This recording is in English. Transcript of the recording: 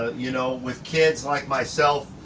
you know, with kids like myself,